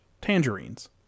tangerines